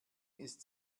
ist